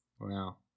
Wow